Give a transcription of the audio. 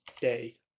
day